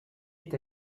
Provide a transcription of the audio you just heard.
est